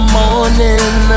morning